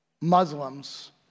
Muslims